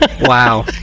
Wow